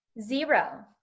zero